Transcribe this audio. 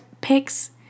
pics